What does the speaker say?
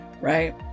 right